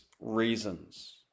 reasons